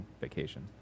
vacation